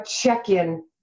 check-in